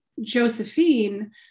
Josephine